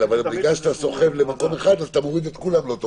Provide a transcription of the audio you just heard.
זה כלי מקל, שלא מחמיר דווקא.